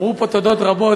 אמרו פה תודות רבות,